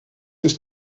ist